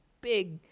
big